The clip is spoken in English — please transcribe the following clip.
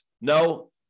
No